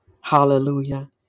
Hallelujah